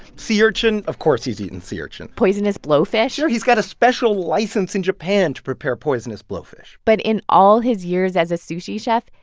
sea urchin of course he's eaten sea urchin poisonous blowfish? sure, he's got a special license in japan to prepare poisonous blowfish but in all his years as a sushi chef,